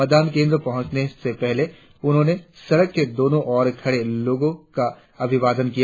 मतदान केंद्र पहुंचने से पहले उन्होंने सड़क के दोनों और खड़े लोगों का अभिवादन किया